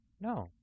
No